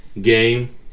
game